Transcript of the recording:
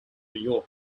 york